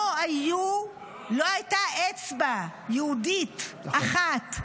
לא הייתה אצבע יהודית אחת -- נכון.